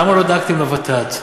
למה לא דאגתם לוות"ת?